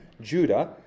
Judah